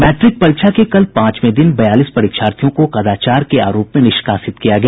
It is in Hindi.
मैट्रिक परीक्षा के कल पांचवें दिन बयालीस परीक्षार्थियों को कदाचार के आरोप में निष्कासित किया गया